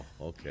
okay